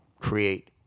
create